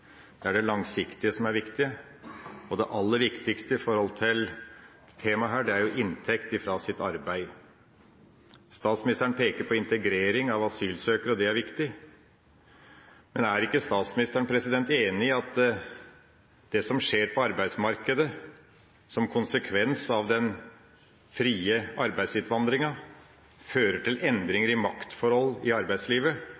Det er det langsiktige som er viktig. Og det aller viktigste når det gjelder dette temaet, er inntekt fra arbeid. Statsministeren peker på integrering av asylsøkere, og det er viktig. Men er ikke statsministeren enig i at det som skjer på arbeidsmarkedet, som konsekvens av den frie arbeidsinnvandringa, fører til